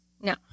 No